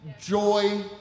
joy